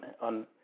on